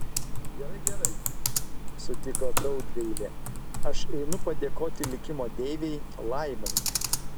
gerai gerai sutiko tautgailė aš einu padėkoti likimo deivei laimai